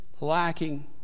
lacking